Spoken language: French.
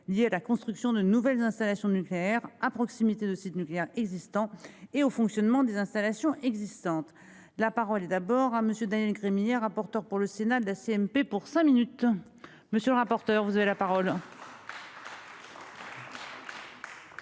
liées à la construction de nouvelles installations nucléaires à proximité de sites nucléaires existants et au fonctionnement des installations existantes. La parole est d'abord à monsieur Daniel Gremillet rapporteur pour le Sénat de la CMP pour cinq minutes. Monsieur le rapporteur. Vous avez la parole.